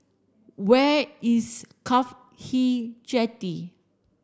where is CAFHI Jetty